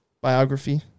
biography